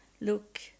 look